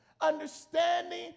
understanding